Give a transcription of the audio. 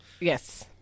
Yes